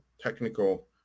technical